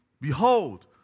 Behold